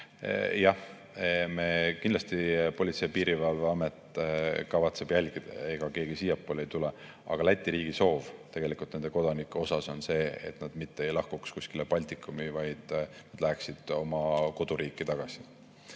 Jah, kindlasti Politsei- ja Piirivalveamet kavatseb jälgida, ega keegi siiapoole ei tule. Aga Läti riigi soov nende kodanike suhtes on see, et nad mitte ei lahkuks kuskile Baltikumi, vaid läheksid oma koduriiki tagasi.